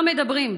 לא מדברים,